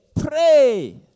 pray